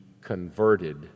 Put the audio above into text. converted